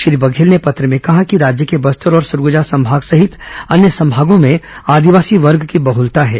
श्री बघेल ने पत्र में कहा कि राज्य के बस्तर और सरगुजा संभाग सहित अन्य संभागों में आदिवासी वर्ग की बहलता है